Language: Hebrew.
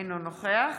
אינו נוכח